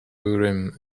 urim